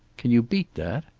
can you beat that?